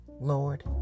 Lord